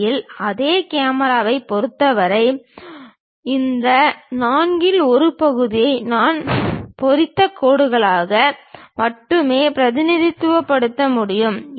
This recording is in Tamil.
உண்மையில் அதே கேமராவைப் பொறுத்தவரை இந்த நான்கில் ஒரு பகுதியை நான் பொறித்த கோடுகளாக மட்டுமே பிரதிநிதித்துவப்படுத்த முடியும்